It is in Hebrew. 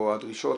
או הדרישות,